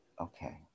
Okay